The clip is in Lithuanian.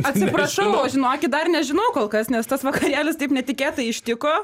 atsiprašau aš žinokit dar nežinau kolkas nes tas vakarėlis taip netikėtai ištiko